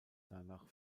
danach